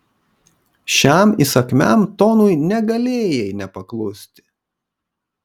šiam įsakmiam tonui negalėjai nepaklusti